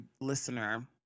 listener